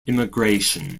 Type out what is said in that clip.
immigration